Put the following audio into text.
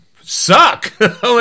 suck